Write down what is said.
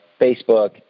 Facebook